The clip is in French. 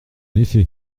effet